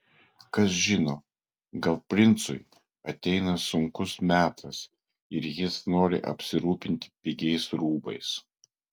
kas žino gal princui ateina sunkus metas ir jis nori apsirūpinti pigiais rūbais